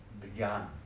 begun